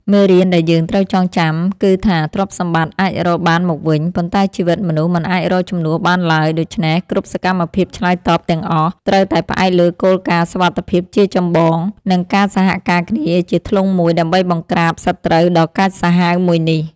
មេរៀនដែលយើងត្រូវចងចាំគឺថា ទ្រព្យសម្បត្តិអាចរកបានមកវិញ ប៉ុន្តែជីវិតមនុស្សមិនអាចរកជំនួសបានឡើយ ដូច្នេះគ្រប់សកម្មភាពឆ្លើយតបទាំងអស់ ត្រូវតែផ្អែកលើគោលការណ៍សុវត្ថិភាពជាចម្បង និងការសហការគ្នាជាធ្លុងមួយដើម្បីបង្ក្រាបសត្រូវដ៏កាចសាហាវមួយនេះ។